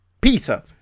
Peter